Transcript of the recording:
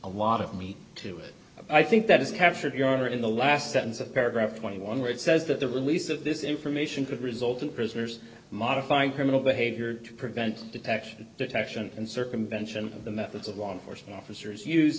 a lot of meat to it i think that is captured your honor in the last sentence of paragraph twenty one where it says that the release of this information could result in prisoners modifying criminal behavior to prevent detection detection and circumvention of the methods of law enforcement officers use